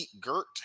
Gert